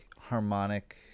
harmonic